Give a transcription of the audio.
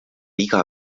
iga